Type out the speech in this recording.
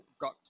got